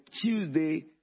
Tuesday